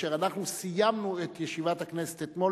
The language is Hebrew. כאשר אנחנו סיימנו את ישיבת הכנסת אתמול